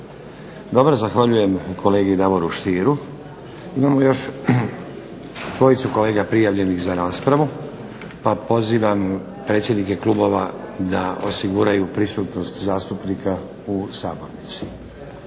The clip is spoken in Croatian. javili. Zahvaljujem kolegi Davoru Stieru. Imamo još dvojcu kolega prijavljenih za raspravu pa pozivam predsjednike klubova da osiguraju prisutnost zastupnika u sabornici.